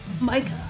Micah